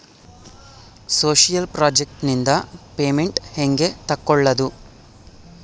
Social project ನಿಂದ payment ಹೆಂಗೆ ತಕ್ಕೊಳ್ಳದು?